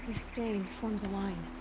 stain forms a line.